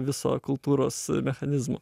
viso kultūros mechanizmo